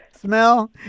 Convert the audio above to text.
smell